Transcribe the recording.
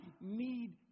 need